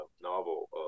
novel